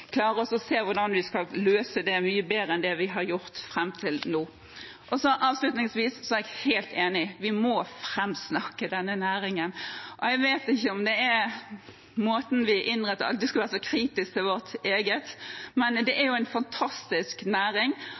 se hvordan vi skal løse det mye bedre enn det vi har gjort fram til nå. Avslutningsvis: Jeg er helt enig i at vi må framsnakke denne næringen. Jeg vet ikke om det er fordi vi alltid skal være så kritisk til vårt eget, men det er en fantastisk næring.